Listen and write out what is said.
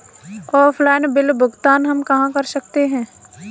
Offline bill भुगतान हम कहां कर सकते हैं?